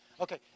Okay